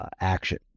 action